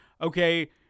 okay